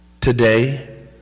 today